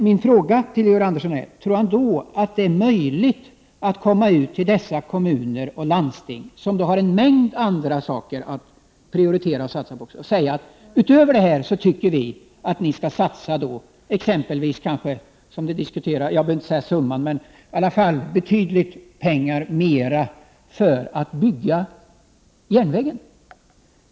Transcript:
Min fråga till Georg Andersson är: Tror Georg Andersson att det då är möjligt att komma ut till dessa kommuner och landsting, som har en mängd andra prioriteringar att göra, och säga att utöver dessa anser regeringen att de skall satsa betydligt mera pengar för att bygga järnvägen?